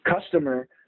customer